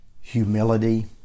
humility